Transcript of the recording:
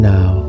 Now